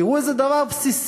תראו איזה דבר בסיסי,